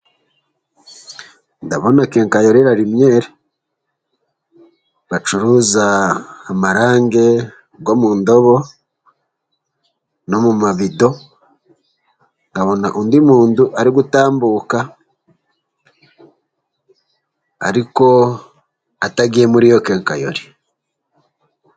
Ndabona kenkayori rarimiyere bacuruza amarange go mu ndobo no mu mavido, ngabona undi mundu ari gutambuka ariko atagiye muri iyo kenkayori.